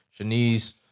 Shanice